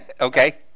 Okay